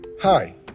Hi